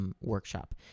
Workshop